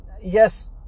yes